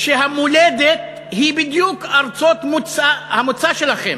שהמולדת היא בדיוק ארצות המוצא שלכם,